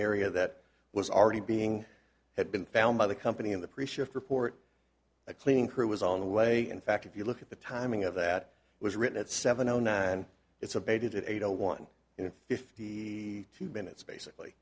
area that was already being had been found by the company in the priest shift report the cleaning crew was on the way in fact if you look at the timing of that was written at seven o nine it's abated at eight o one in fifty two minutes basically